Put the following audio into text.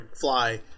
fly